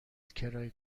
کرایه